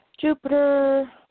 jupiter